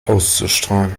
auszustreuen